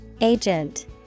Agent